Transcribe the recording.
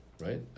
right